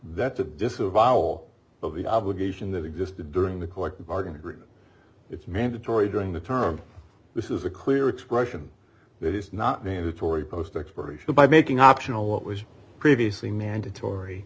that's a disavowal of the obligation that existed during the collective bargaining agreement it's mandatory during the term this is a clear expression that is not mandatory post expiration by making optional what was previously mandatory